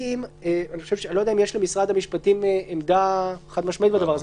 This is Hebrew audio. אני לא יודע אם יש למשרד המשפטים עמדה חד-משמעית בדבר הזה.